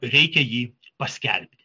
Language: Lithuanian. reikia jį paskelbti